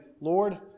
Lord